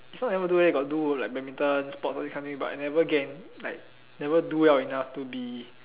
is not never do leh got do like badminton sports all this kind of thing but I never get in like never do well enough to be